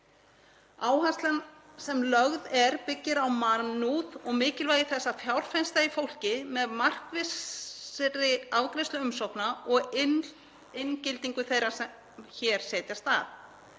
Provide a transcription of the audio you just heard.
Áherslan sem lögð er byggir á mannúð og mikilvægi þess að fjárfesta í fólki með markvissri afgreiðslu umsókna og inngildingu þeirra sem hér setjast að.